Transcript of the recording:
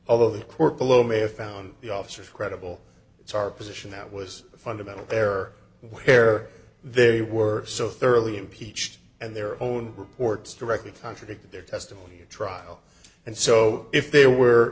of the court below may have found the officer credible it's our position that was a fundamental error where they were so thoroughly impeached and their own reports directly contradicted their testimony at trial and so if they were